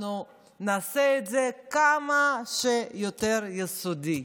אנחנו נעשה את זה כמה שיותר יסודי.